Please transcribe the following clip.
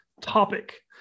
topic